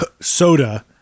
soda